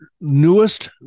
newest